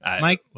Mike